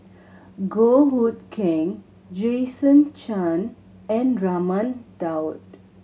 Goh Hood Keng Jason Chan and Raman Daud